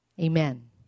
Amen